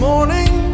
morning